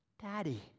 Daddy